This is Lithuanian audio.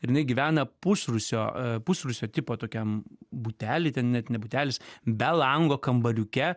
ir jinai gyvena pusrūsio pusrūsio tipo tokiam butelį ten net ne butelis be lango kambariuke